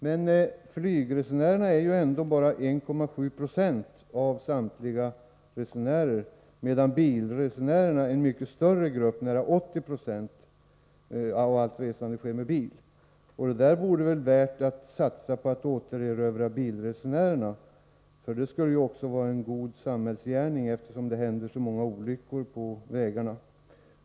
Men flygresenärerna är ju ändå bara 1,7 90 av samtliga resenärer, medan nära 80 96 av allt resande sker med bil. Det vore väl värt att satsa på att återerövra bilresenärerna — det skulle ju också vara en god samhällsgärning, eftersom det händer så många olyckor på vägarna.